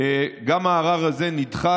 גם הערר הזה נדחה,